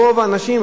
רוב האנשים.